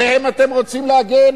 עליהם אתם רוצים להגן?